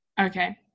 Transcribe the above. okay